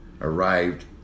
arrived